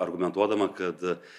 argumentuodama kad